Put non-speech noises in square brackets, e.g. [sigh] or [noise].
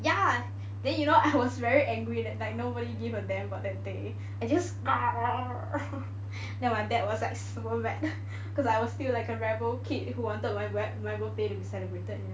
ya then you know I was very angry that like nobody give a damn about that day I just [noise] then my dad was like super bad because I was still like a rebel kid who wanted my birthday to be celebrated